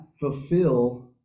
fulfill